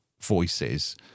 voices